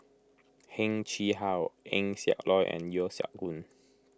Heng Chee How Eng Siak Loy and Yeo Siak Goon